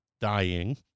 dying